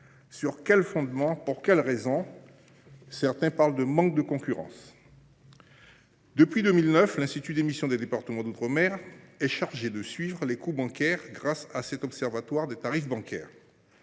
Sur quel fondement ? Pour quelle raison ? Certains parlent de manque de concurrence. Depuis 2009, l’Institut d’émission des départements d’outre mer est chargé de suivre les coûts bancaires grâce à l’observatoire des tarifs bancaires.